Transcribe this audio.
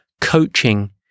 coaching